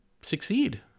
succeed